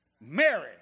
Mary